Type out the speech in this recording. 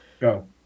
Go